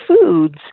foods